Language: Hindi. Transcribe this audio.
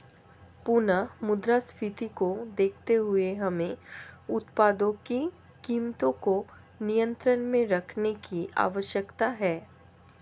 पुनः मुद्रास्फीति को देखते हुए हमें उत्पादों की कीमतों को नियंत्रण में रखने की आवश्यकता है